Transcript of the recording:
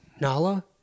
Nala